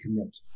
commit